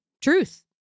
truth